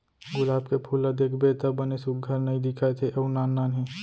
गुलाब के फूल ल देखबे त बने सुग्घर नइ दिखत हे अउ नान नान हे